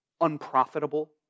Unprofitable